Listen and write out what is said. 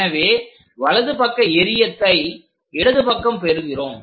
எனவே வலதுபக்க எறியத்தை இடது பக்கம் பெறுகிறோம்